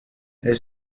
est